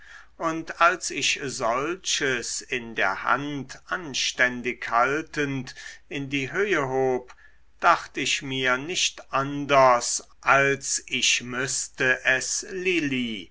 und als ich solches in der hand anständig haltend in die höhe hob dacht ich mir nicht anders als ich müßte es lili